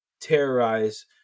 terrorize